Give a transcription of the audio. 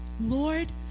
Lord